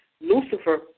Lucifer